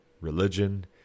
religion